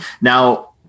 Now